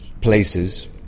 places